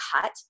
cut